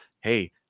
hey